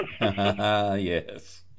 Yes